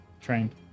Trained